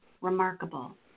remarkable